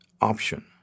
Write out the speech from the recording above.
option